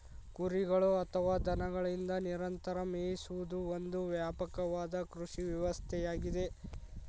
ಕುರಿಗಳು ಅಥವಾ ದನಗಳಿಂದ ನಿರಂತರ ಮೇಯಿಸುವುದು ಒಂದು ವ್ಯಾಪಕವಾದ ಕೃಷಿ ವ್ಯವಸ್ಥೆಯಾಗಿದೆ